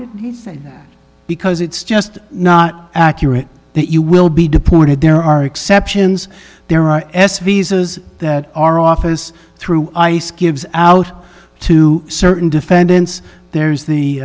did he say that because it's just not accurate that you will be deported there are exceptions there are s visas that our office through ice gives out to certain defendants there's the